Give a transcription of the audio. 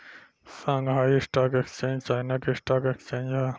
Shanghai stock exchange China के stock exchange ह